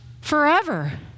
forever